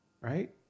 right